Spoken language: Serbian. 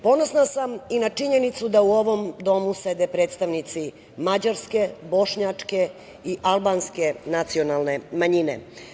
Ponosna sam i na činjenicu da u ovom domu sede predstavnici mađarske, bošnjačke i albanske nacionalne manjine.